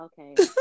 okay